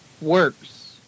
works